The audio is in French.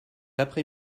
après